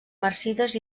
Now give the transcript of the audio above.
marcides